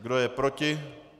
Kdo je proti?